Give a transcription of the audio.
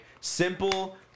simple